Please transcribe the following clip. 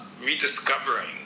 rediscovering